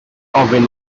ofyn